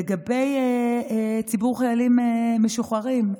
לגבי ציבור החיילים המשוחררים,